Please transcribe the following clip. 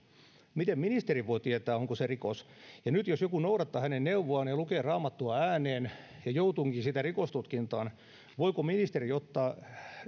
miten ministeri voi tietää onko se rikos ja nyt jos joku noudattaa hänen neuvoaan ja lukee raamattua ääneen ja joutuukin siitä rikostutkintaan voiko ministeri ottaa